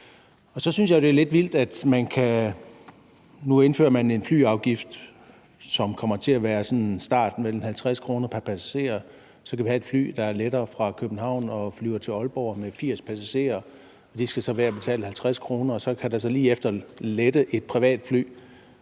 Så synes jeg jo, at det er lidt vildt, at man nu indfører en flyafgift, som til at starte med kommer til at være 50 kr. pr. passager. Så kan vi have et fly, der letter fra København og flyver til Aalborg med 80 passagerer, og de skal så hver betale 50 kr. Lige efter kan der så lette et privatfly,